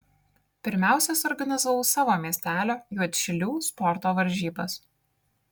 pirmiausia suorganizavau savo miestelio juodšilių sporto varžybas